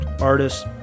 artists